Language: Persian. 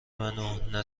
منو، نه